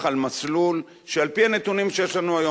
על מסלול שעל-פי הנתונים שיש לנו היום,